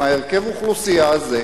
עם הרכב האוכלוסייה הזה,